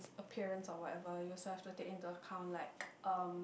appearance or whatever you also have to take into account like um